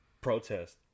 Protest